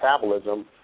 metabolism